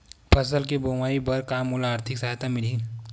फसल के बोआई बर का मोला आर्थिक सहायता मिलही?